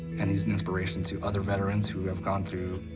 and he's an inspiration to other veterans who have gone through,